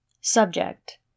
Subject